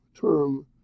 term